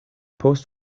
post